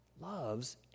loves